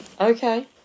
Okay